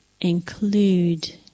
include